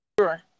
Sure